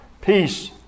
peace